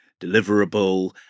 deliverable